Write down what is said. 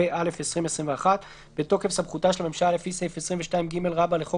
התשפ"א-2021 בתוקף סמכותה של הממשלה לפי סעיף 22ג לחוק